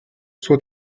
suo